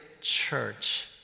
church